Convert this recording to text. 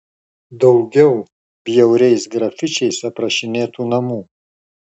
daugiau bjauriais grafičiais aprašinėtų namų